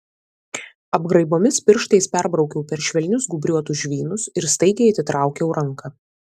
apgraibomis pirštais perbraukiau per švelnius gūbriuotus žvynus ir staigiai atitraukiau ranką